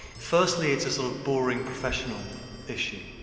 firstly it's a sort of boring professional issue.